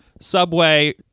Subway